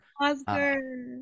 oscar